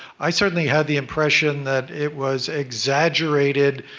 i, certainly, had the impression that it was exaggerated,